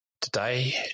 Today